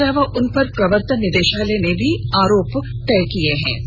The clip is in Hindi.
इसके अलावा उन पर प्रवर्तन निदेशालय ने भी आरोप तय किये हैं